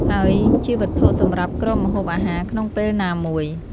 ហើយជាវត្ថុសម្រាប់គ្របម្ហូបអាហារក្នុងពេលណាមួយ ។